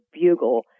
bugle